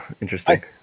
interesting